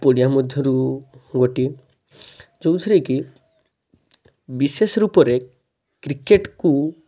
ପଡ଼ିଆ ମଧ୍ୟରୁ ଗୋଟିଏ ଯେଉଁଥିରେ କି ବିଶେଷ ରୂପରେ କ୍ରିକେଟକୁ